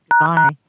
Bye